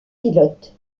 pilotes